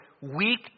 weak